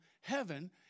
heaven